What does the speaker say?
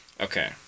Okay